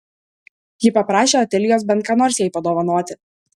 ji paprašė otilijos bent ką nors jai padovanoti